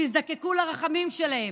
שיזדקקו לרחמים שלהם.